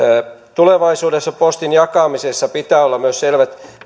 tulevaisuudessa postin jakamisessa pitää olla myös selvät